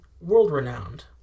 world-renowned